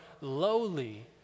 lowly